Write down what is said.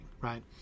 right